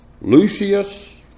Lucius